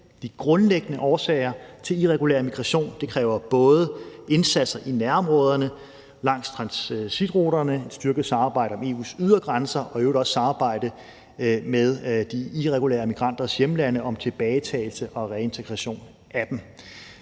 de grundlæggende årsager til irregulær migration. Det kræver både indsatser i nærområderne, langs transitruterne, styrket samarbejde om EU's ydre grænser og i øvrigt også samarbejde med de irregulære migranters hjemlande om tilbagetagelse og reintegration af dem.